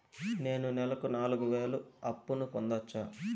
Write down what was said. నేను నెలకు నాలుగు వేలు అప్పును పొందొచ్చా?